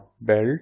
belt